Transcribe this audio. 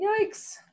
Yikes